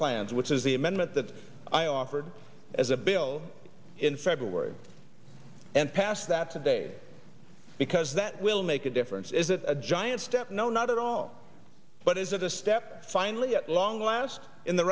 plans which is the amendment that i offered as a bill in february and pass that today because that will make a difference is that a giant step no not at all but is it a step finally at long last in the